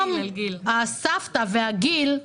הסבתא והגיל היום,